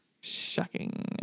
Shocking